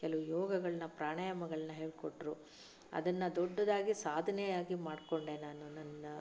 ಕೆಲವು ಯೋಗಗಳನ್ನು ಪ್ರಾಣಾಯಾಮಗಳನ್ನು ಹೇಳಿಕೊಟ್ರು ಅದನ್ನು ದೊಡ್ಡದಾಗಿ ಸಾಧನೆಯಾಗಿ ಮಾಡಿಕೊಂಡೆ ನಾನು ನನ್ನ